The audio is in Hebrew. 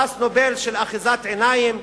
פרס נובל של אחיזת עיניים,